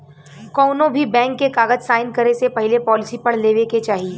कौनोभी बैंक के कागज़ साइन करे से पहले पॉलिसी पढ़ लेवे के चाही